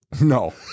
No